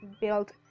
built